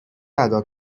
ادا